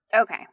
Okay